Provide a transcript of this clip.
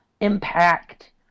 impact